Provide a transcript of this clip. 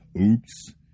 oops